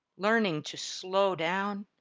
learning to slow down,